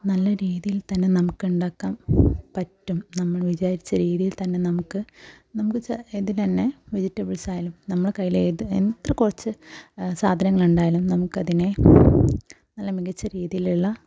നല്ല രീതിയിൽ തന്നെ നമുക്ക് ഉണ്ടാക്കാം പറ്റും നമ്മൾ വിചാരിച്ച രീതിയിൽ തന്നെ നമുക്ക് നമുക്ക് ഇതിനെ തന്നെ വെജിറ്റബിൾസ് ആയാലും നമ്മളെ കൈയിൽ ഏത് എത്ര കുറച്ച് സാധനങ്ങൾ ഉണ്ടായാലും നമുക്ക് അതിനെ നല്ല മികച്ച രീതിയിലുള്ള